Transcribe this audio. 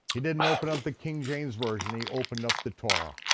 he didn't open up the king james version, he opened up the torah.